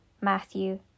Matthew